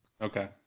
Okay